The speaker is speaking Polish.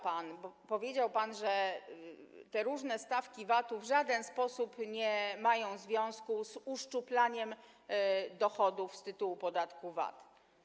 Powiedział pan, że te różne stawki VAT-u w żaden sposób nie mają związku z uszczuplaniem dochodów z tytułu podatku VAT.